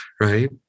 Right